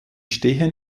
stehen